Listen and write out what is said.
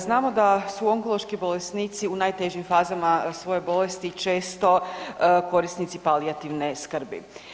Znamo da su onkološki bolesnici u najtežim fazama svoje bolesti često korisnici palijativne skrbi.